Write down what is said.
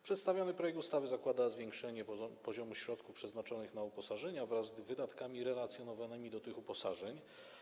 Przedstawiony projekt ustawy zakłada zwiększenie poziomu środków przeznaczonych na uposażenia wraz z wydatkami relacjonowanymi do tych uposażeń.